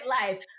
life